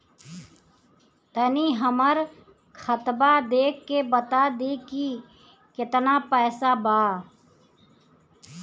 तनी हमर खतबा देख के बता दी की केतना पैसा बा?